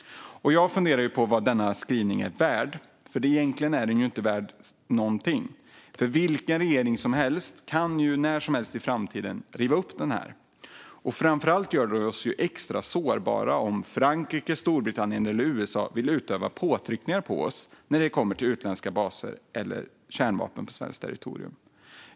Jag funderar på vad denna skrivning är värd. Egentligen är den ju inte värd någonting, för vilken regering som helst kan när som helst i framtiden riva upp den. Och framför allt gör den oss extra sårbara om Frankrike, Storbritannien eller USA vill utöva påtryckningar på oss när det kommer till utländska baser eller kärnvapen på svenskt territorium.